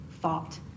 thought